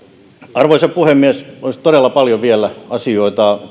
arvoisa puhemies olisi todella paljon vielä asioita